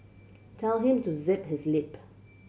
tell him to zip his lip